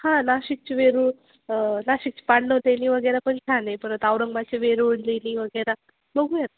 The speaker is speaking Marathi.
हां नाशिकची वेरूळ नाशिकची पांडव लेणी वगैरे पण छान आहे परत औरंगाबादची वेरूळ लेणी वगैरे बघूया